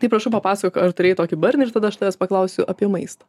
taip prašau papasakok ar turėjai tokį barnį ir tada aš tavęs paklausiu apie maistą